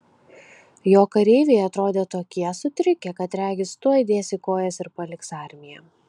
jo kareiviai atrodė tokie sutrikę kad regis tuoj dės į kojas ir paliks armiją